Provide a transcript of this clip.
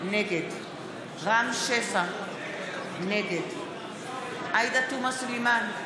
נגד רם שפע, נגד עאידה תומא סלימאן,